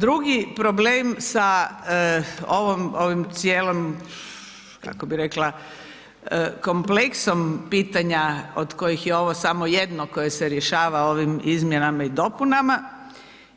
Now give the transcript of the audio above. Drugi problem sa ovim, ovim cijelom kako bih rekla kompleksom pitanja od kojih je ovo samo jedno koje rješava ovim izmjenama i dopunama